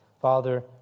Father